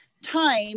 time